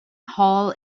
hall